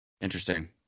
interesting